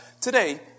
today